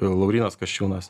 laurynas kasčiūnas